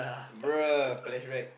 bro flashback